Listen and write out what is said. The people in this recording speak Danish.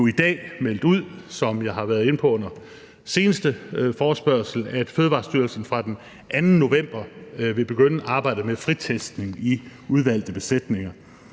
forespørgselsdebat, at Fødevarestyrelsen fra den 2. november vil begynde arbejdet med fritestning i udvalgte besætninger.